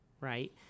Right